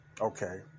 okay